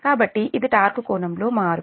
కాబట్టి ఇది టార్క్ కోణంలో మార్పు